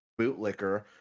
bootlicker